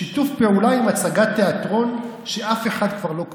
שיתוף פעולה עם הצגת תיאטרון שאף אחד כבר לא קונה.